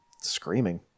screaming